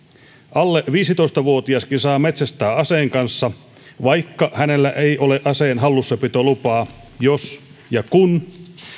alle viisitoista vuotiaskin saa metsästää aseen kanssa vaikka hänellä ei ole aseen hallussapitolupaa jos ja kun